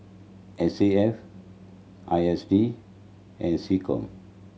S A F I S D and SecCom